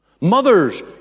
Mothers